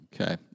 Okay